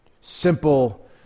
simple